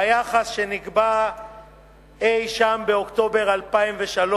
ביחס שנקבע אי-שם באוקטובר 2003,